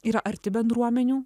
yra arti bendruomenių